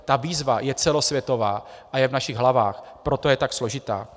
Ta výzva je celosvětová a je v našich hlavách, proto je tak složitá.